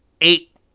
eight